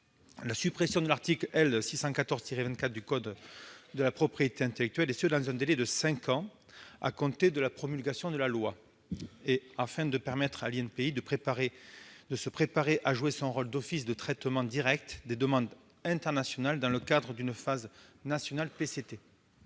la suppression de l'article L. 614-24 du code de la propriété intellectuelle dans un délai de cinq ans à compter de la promulgation de la loi, afin de permettre à l'INPI de se préparer à jouer son rôle d'office de traitement direct des demandes internationales dans le cadre d'une phase nationale PCT.